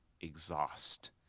exhaust